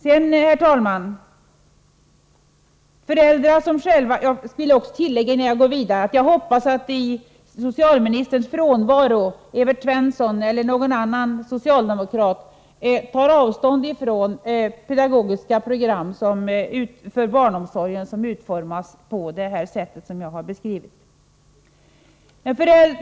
Innan jag går vidare vill jag tillägga att jag hoppas att i socialministerns frånvaro Evert Svensson eller någon annan socialdemokrat tar avstånd från pedagogiska program för barnomsorgen som utformas på det sätt som jag här har beskrivit. Herr talman!